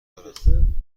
دارم